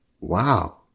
wow